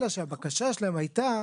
אלא שהבקשה שלהם היתה